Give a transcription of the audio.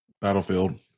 Battlefield